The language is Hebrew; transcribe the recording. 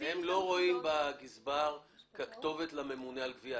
הם לא רואים בגזבר כתובת לממונה על גבייה,